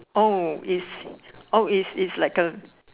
oh is oh is is like a